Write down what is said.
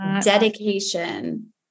dedication